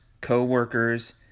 co-workers